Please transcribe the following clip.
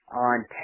on